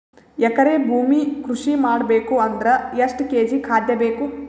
ಎಕರೆ ಭೂಮಿ ಕೃಷಿ ಮಾಡಬೇಕು ಅಂದ್ರ ಎಷ್ಟ ಕೇಜಿ ಖಾದ್ಯ ಬೇಕು?